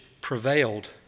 prevailed